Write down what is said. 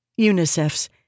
UNICEF's